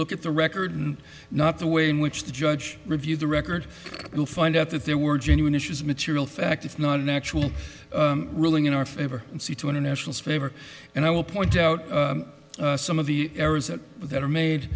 look at the record and not the way in which the judge reviewed the record you'll find out that there were genuine issues material fact if not an actual ruling in our favor and see to international space and i will point out some of the errors that are made